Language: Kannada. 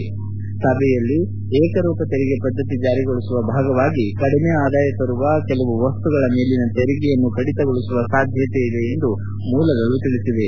ಈ ಸಭೆಯಲ್ಲಿ ಏಕರೂಪ ತೆರಿಗೆ ಪದ್ದತಿ ಜಾರಿಗೊಳಿಸುವ ಭಾಗವಾಗಿ ಕಡಿಮೆ ಆದಾಯ ತರುವಂತಹ ಕೆಲವು ವಸ್ತುಗಳ ಮೇಲಿನ ತೆರಿಗೆಯನ್ನು ಕಡಿತಗೊಳಿಸುವ ಸಾಧ್ಯತೆಯಿದೆ ಎಂದು ಮೂಲಗಳು ತಿಳಿಸಿವೆ